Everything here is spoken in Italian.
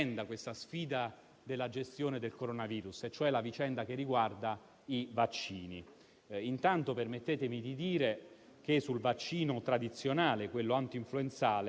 c'è scritto che le prime dosi, se il vaccino dovesse essere confermato come un vaccino sicuro e in grado di raggiungere l'obiettivo per cui è stato ricostruito, saranno già